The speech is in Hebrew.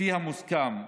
לפי המוסכם,